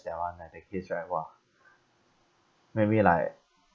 that [one] ah the case right !wah! make me like